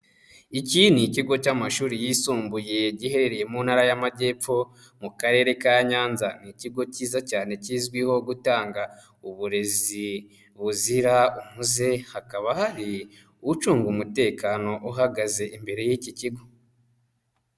Iki ni ikigo cy'amashuri yisumbuye giherereye mu ntara y'Amajyepfo mu Karere ka Nyanza, ni ikigo cyiza cyane kizwiho gutanga uburezi buzira umuze, hakaba hari ucunga umutekano uhagaze imbere y'iki kigo.